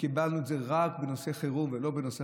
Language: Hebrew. שקיבלנו רק בנושא חירום ולא בנושא